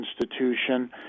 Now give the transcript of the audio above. institution